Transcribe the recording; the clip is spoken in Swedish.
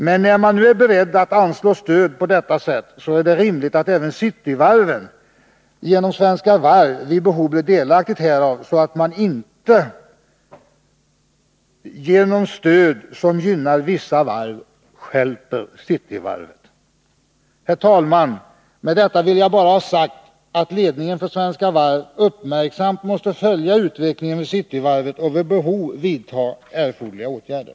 När regeringen nu är beredd att anslå stöd på detta sätt är det rimligt att även Cityvarvet genom Svenska Varv vid behov blir delaktigt härav, så att man inte genom stöd som gynnar vissa varv stjälper Cityvarvet. Herr talman! Med detta vill jag bara ha sagt att ledningen för Svenska Varv uppmärksamt måste följa utvecklingen vid Cityvarvet och vid behov vidta erforderliga åtgärder.